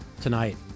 tonight